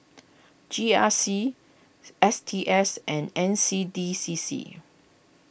G R C S T S and N C D C C